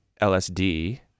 LSD